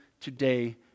today